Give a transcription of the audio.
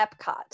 Epcot